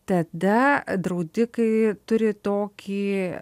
tada draudikai turi tokį